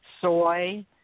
soy